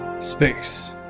space